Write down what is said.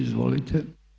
Izvolite.